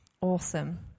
Awesome